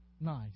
nice